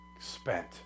spent